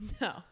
No